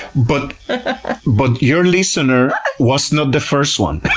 but but your listener was not the first one.